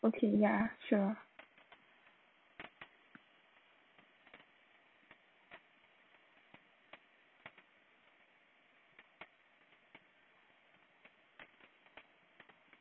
okay ya sure